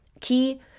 Key